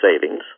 Savings